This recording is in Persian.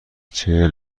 چهل